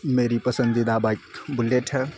میری پسندیدہ bike Bullet ہے